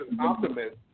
Optimist